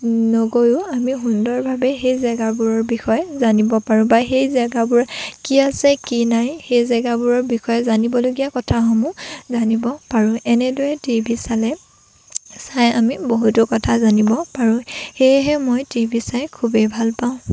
নগৈও আমি সুন্দৰভাৱে সেই জেগাবোৰৰ বিষয়ে জানিব পাৰোঁ বা সেই জেগাবোৰত কি আছে কি নাই সেই জেগাবোৰৰ বিষয়ে জানিবলগীয়া কথাসমূহ জানিব পাৰোঁ এনেদৰে টিভি চালে চাই আমি বহুতো কথা জানিব পাৰোঁ সেয়েহে মই টিভি চাই খুবেই ভাল পাওঁ